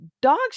dogs